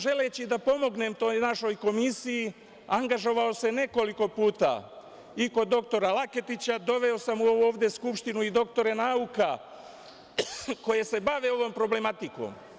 Želeći da pomognem toj našoj komisiji, angažovao sam se nekoliko puta, i kod doktora Laketića doveo sam u ovu ovde Skupštinu i doktore nauka koji se bave ovom problematikom.